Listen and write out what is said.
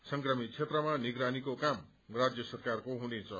संक्रमित क्षेत्रमा निगरानीकोक्रम राज्य सरकारको हुनेछ